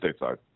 stateside